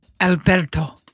alberto